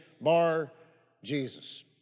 Bar-Jesus